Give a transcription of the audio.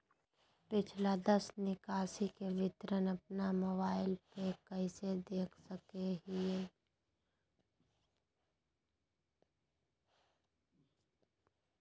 पिछला दस निकासी के विवरण अपन मोबाईल पे कैसे देख सके हियई?